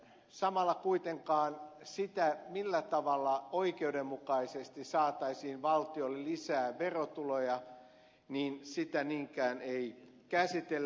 samalla kuitenkaan sitä millä tavalla oikeudenmukaisesti saataisiin valtiolle lisää verotuloja ei niinkään käsitellä